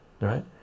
right